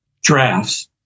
drafts